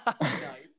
Nice